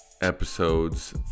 episodes